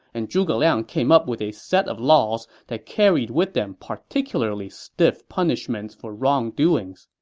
and zhuge liang came up with a set of laws that carried with them particularly stiff punishments for wrongdoings.